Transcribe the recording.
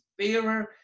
fairer